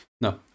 No